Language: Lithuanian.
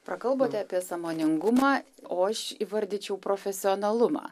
prakalbote apie sąmoningumą o aš įvardyčiau profesionalumą